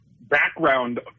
background